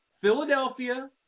Philadelphia